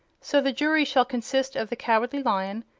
so the jury shall consist of the cowardly lion,